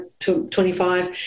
25